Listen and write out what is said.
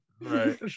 right